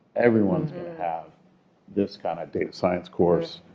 everyone's going to have this kind of data science course.